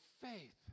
faith